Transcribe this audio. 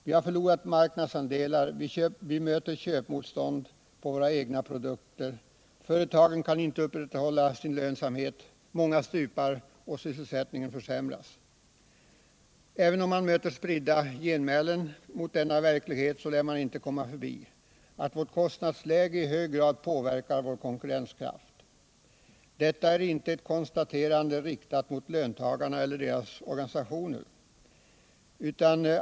Vi har förlorat marknadsandelar, vi möter köpmotstånd för vår egen produktion, företagen kan inte upprätthålla sin lönsamhet, många stupar och sysselsättningen försämras. Även om man möter spridda genmälen mot denna beskrivning av verkligheten så lär man inte komma förbi att vårt kostnadsläge i hög grad påverkar vår konkurrenskraft. Detta är inte ett konstaterande riktat mot löntagarna eller deras organisationer.